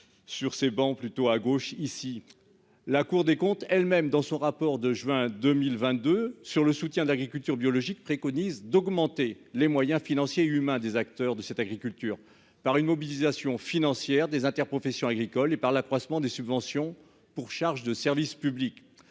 sur ces bancs, plutôt à gauche, ici, la Cour des comptes elles-mêmes dans son rapport de juin 2022 sur le soutien d'agriculture biologique, préconise d'augmenter les moyens financiers et humains des acteurs de cette agriculture par une mobilisation financière des interprofessions agricoles et par l'accroissement des subventions pour charges de service public,